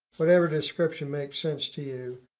whatever description makes sense to you.